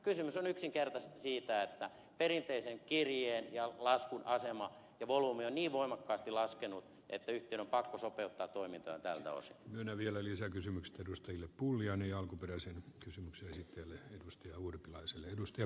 kysymys on yksinkertaisesti siitä että perinteisen kirjeen ja laskun asema ja volyymi on niin voimakkaasti laskenut että yhtiön on pakko sopeuttaa toimintaa tältäus menee vielä lisäkysymykset edustajille pulliainen alkuperäisen kysymyksen käsittelyä edusti tältä osin